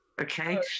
okay